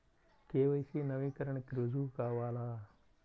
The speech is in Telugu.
కే.వై.సి నవీకరణకి రుజువు కావాలా?